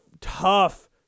tough